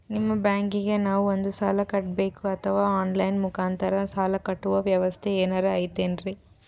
ನಿಮ್ಮ ಬ್ಯಾಂಕಿಗೆ ನಾವ ಬಂದು ಸಾಲ ಕಟ್ಟಬೇಕಾ ಅಥವಾ ಆನ್ ಲೈನ್ ಮುಖಾಂತರ ಸಾಲ ಕಟ್ಟುವ ವ್ಯೆವಸ್ಥೆ ಏನಾರ ಐತೇನ್ರಿ?